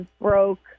broke